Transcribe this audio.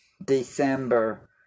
December